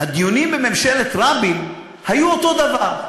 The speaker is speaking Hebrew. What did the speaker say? הדיונים בממשלת רבין היו אותו דבר.